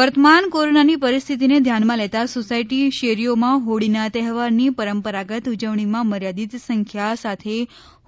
વર્તમાન કોરોનાની પરિસ્થિતિને ધ્યાનમાં લેતાં સોસાયટી શેરીઓમાં હોળીના તહેવારની પરંપરાગત ઉજવણીમાં મર્યાદિત સંખ્યા સાથે